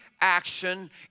action